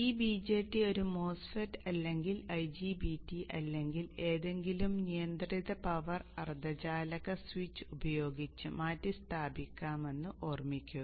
ഈ BJT ഒരു MOSFET അല്ലെങ്കിൽ IGBT അല്ലെങ്കിൽ ഏതെങ്കിലും നിയന്ത്രിത പവർ അർദ്ധചാലക സ്വിച്ച് ഉപയോഗിച്ച് മാറ്റിസ്ഥാപിക്കാമെന്ന് ഓർമ്മിക്കുക